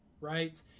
right